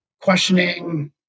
questioning